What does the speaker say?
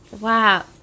wow